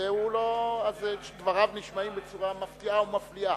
אז דבריו נשמעים בצורה מפתיעה ומפליאה,